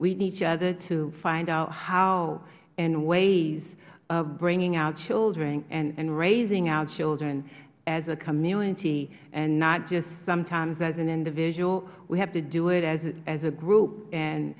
need each other to find out how and ways of bringing our children and raising our children as a community and not just sometimes as an individual we have to do it as a group and